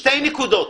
שתי נקודות.